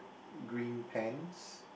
green pants